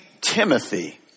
Timothy